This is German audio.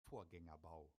vorgängerbau